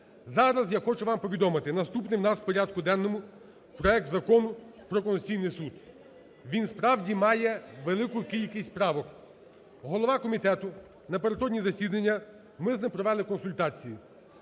Зараз я хочу вам повідомити, наступний у нас у порядку денному проект Закону про Конституційний Суд. Він справді має велику кількість правок. Голова комітету, напередодні засідання ми з ним провели консультації.